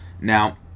Now